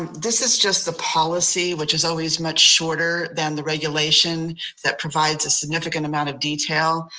this is just the policy, which is always much shorter than the regulation that provides a significant amount of detail.